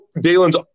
Dalen's